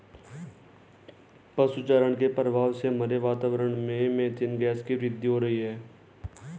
पशु चारण के प्रभाव से हमारे वातावरण में मेथेन गैस की वृद्धि हो रही है